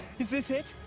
is this it?